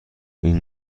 این